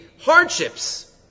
hardships